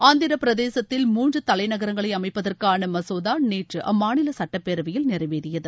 ஆந்திரப் பிரதேசத்தில் மூன்றுதலைநகரங்களைஅமைப்பதற்கானமசோதாநேற்றுஅம்மாநிலசுட்டப் பேரவையில் நிறைவேறியது